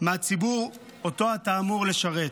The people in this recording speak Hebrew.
מהציבור שאתה אמור לשרת.